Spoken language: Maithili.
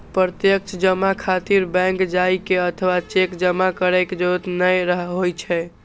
प्रत्यक्ष जमा खातिर बैंक जाइ के अथवा चेक जमा करै के जरूरत नै होइ छै